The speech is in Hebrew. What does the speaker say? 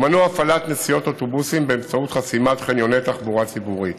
ומנעו הפעלת נסיעות אוטובוסים באמצעות חסימת חניוני תחבורה ציבורית.